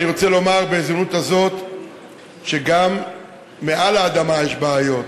אני רוצה לומר בהזדמנות הזאת שגם מעל לאדמה יש בעיות.